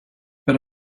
but